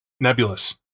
nebulous